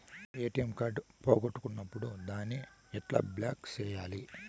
ATM card పోగొట్టుకున్నప్పుడు దాన్ని ఎట్లా బ్లాక్ సేయాలి